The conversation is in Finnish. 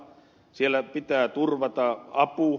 siellä pitää turvata apu